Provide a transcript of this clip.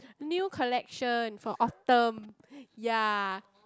new collection for Autumn ya